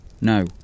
No